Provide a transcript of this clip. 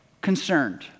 concerned